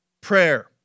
prayer